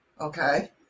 Okay